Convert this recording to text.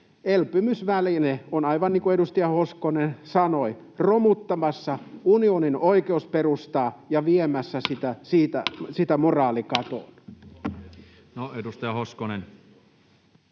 Elpymisväline on, aivan niin kuin edustaja Hoskonen sanoi, romuttamassa unionin oikeusperustaa ja viemässä sitä